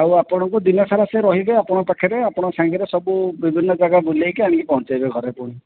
ଆଉ ଆପଣଙ୍କୁ ଦିନ ସାରା ସେ ରହିବେ ଆପଣଙ୍କ ପାଖରେ ଆପଣଙ୍କ ସାଙ୍ଗରେ ସବୁ ଆପଣଙ୍କୁ ବିଭିନ୍ନ ଜାଗା ବୁଲେଇକି ପହଞ୍ଚେଇବେ ଘରେ ପୁଣି